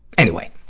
anyway,